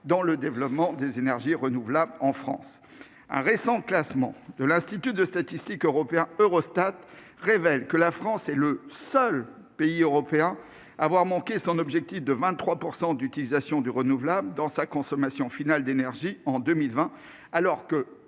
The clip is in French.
dans le développement des énergies renouvelables en France. Un récent classement de l'institut de statistiques européen Eurostat révèle que la France est le seul pays européen à avoir manqué son objectif de 23 % d'utilisation du renouvelable dans sa consommation finale d'énergie en 2020. Alors que